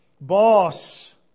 boss